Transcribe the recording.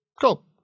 Cool